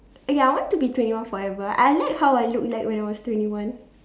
ya I want to be twenty one forever I like how I look like when I was twenty one